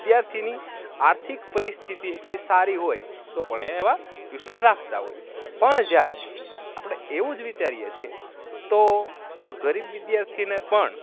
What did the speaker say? વિદ્યાર્થીની આર્થિક પરિસ્થિતિ એટલી સારી હોય તો પણ એ એવા ટ્યુશન રાખતા હોય પણ જ્યારે આપણે એવું જ વિચારીએ છીએ તો ગરીબ વિદ્યાર્થીને પણ